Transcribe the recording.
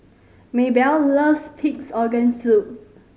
Maebell loves Pig's Organ Soup